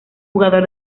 jugador